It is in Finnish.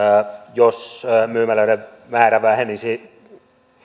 jos myymälöiden määrä vähenisi